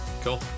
Cool